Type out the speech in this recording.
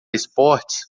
esportes